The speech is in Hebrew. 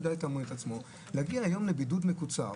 להגיע היום לבידוד מקוצר,